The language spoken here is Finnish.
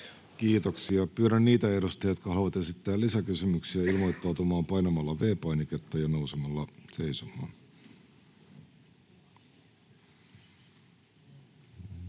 Kiitoksia. — Pyydän niitä edustajia, jotka haluavat esittää lisäkysymyksiä, ilmoittautumaan painamalla V-painiketta ja nousemalla seisomaan.